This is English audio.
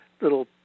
little